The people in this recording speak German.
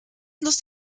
lust